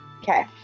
Okay